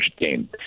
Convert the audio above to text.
game